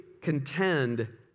contend